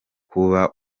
kuba